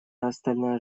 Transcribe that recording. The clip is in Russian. остальная